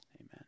Amen